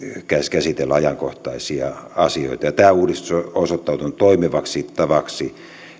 käsitellä ajankohtaisia asioita tämä uudistus on osoittautunut toimivaksi tavaksi